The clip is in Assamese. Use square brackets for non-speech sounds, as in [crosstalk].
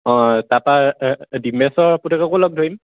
অঁ তাৰপৰা [unintelligible] ডিম্বেশ্বৰ পুতেককো লগ ধৰিম